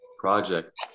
project